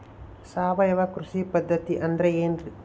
ಸಾವಯವ ಕೃಷಿ ಪದ್ಧತಿ ಅಂದ್ರೆ ಏನ್ರಿ?